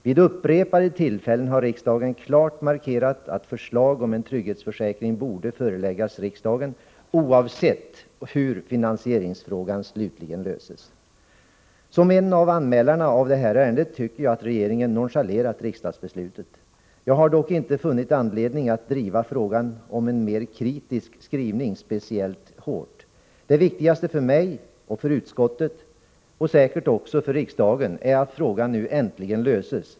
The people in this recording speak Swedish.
Vid upprepade tillfällen har riksdagen klart markerat att förslag om en trygghetsförsäkring borde föreläggas riksdagen oavsett hur finansieringsfrågan slutligen löses. Som en av anmälarna av det här ärendet tycker jag att regeringen nonchalerat riksdagsbeslutet. Jag har dock inte funnit anledning att driva frågan om en mer kritisk skrivning speciellt hårt. Det viktigaste för mig och för utskottet, säkert också för riksdagen, är att frågan nu äntligen löses.